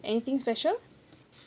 anything special